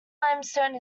limestone